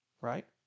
right